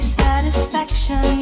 satisfaction